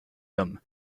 them